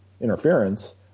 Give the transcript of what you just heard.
interference